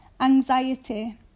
anxiety